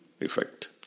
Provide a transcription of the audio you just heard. effect